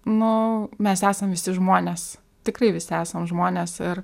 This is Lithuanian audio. nu mes esam visi žmonės tikrai visi esam žmonės ir